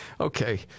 Okay